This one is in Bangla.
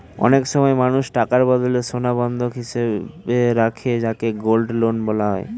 অনেক সময় মানুষ টাকার বদলে সোনা বন্ধক হিসেবে রাখে যাকে গোল্ড লোন বলা হয়